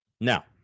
now